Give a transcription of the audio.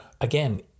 again